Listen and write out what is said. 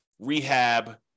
rehab